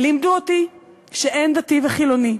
לימדו אותי שאין דתי וחילוני,